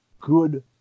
good